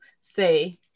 say